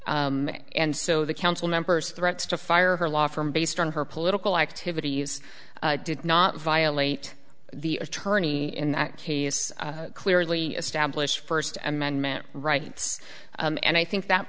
and so the council members threats to fire her law firm based on her political activity use did not violate the attorney in that case clearly established first amendment rights and i think that